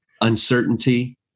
uncertainty